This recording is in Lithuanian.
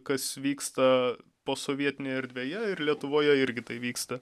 kas vyksta posovietinėje erdvėje ir lietuvoje irgi tai vyksta